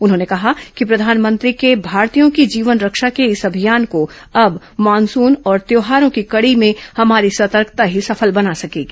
उन्होंने कहा कि प्रधानमंत्री के भारतीयों की जीवन रक्षा के इस अभियान को अब मॉनसून और त्योहारों की कड़ी में हमारी सतर्कता ही सफल बना सकेगी